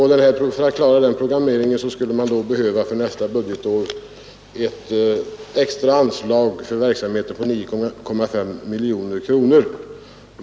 För att kunna genomföra en sådan plan med utnyttjande av de befintliga personalresurserna skulle man för nästa budgetår behöva ett extra anslag för verksamheten på 9,5 miljoner kronor.